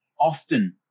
Often